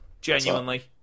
Genuinely